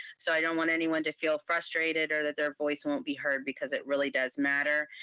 so i don't want anyone to feel frustrated or that their voice won't be heard, because it really does matter.